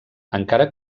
encara